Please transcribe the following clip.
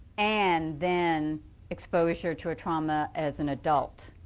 and then exposure to a trauma as an adult.